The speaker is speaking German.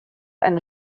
eine